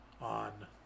on